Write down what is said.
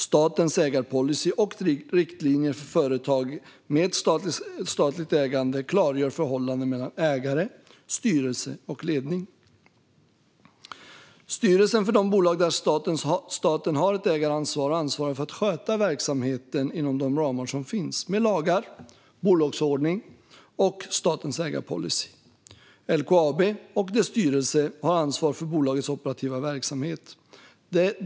Statens ägarpolicy och riktlinjer för företag med statligt ägande klargör förhållandena mellan ägare, styrelse och ledning. Styrelserna för de bolag där staten har ett ägarintresse ansvarar för att sköta verksamheten inom de ramar som finns, med lagar, bolagsordning och statens ägarpolicy. LKAB och dess styrelse har ansvar för bolagets operativa verksamhet.